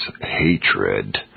hatred